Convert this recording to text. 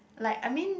like I mean